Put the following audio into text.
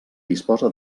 disposa